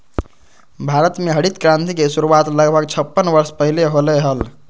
भारत में हरित क्रांति के शुरुआत लगभग छप्पन वर्ष पहीले होलय हल